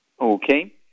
Okay